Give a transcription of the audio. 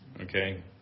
Okay